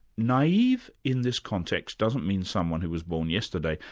naive in this context doesn't mean someone who was born yesterday,